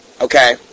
Okay